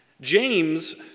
James